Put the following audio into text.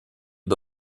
для